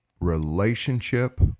relationship